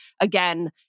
again